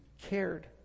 cared